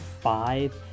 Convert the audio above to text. five